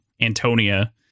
Antonia